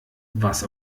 was